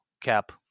cap